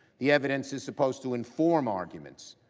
the evidence is supposed to inform arguments,